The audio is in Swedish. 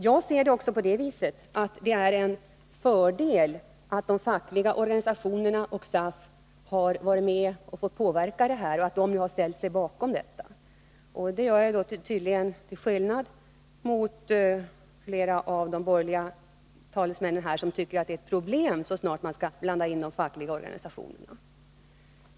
Jag ser det också så, att det är en fördel att de fackliga organisationerna och SAF har varit med och fått påverka och att de nu har ställt sig bakom vårt förslag. Till skillnad häremot tycker flera av de borgerliga talesmännen i riksdagen att det är ett problem så snart man skall blanda in de fackliga organisationerna.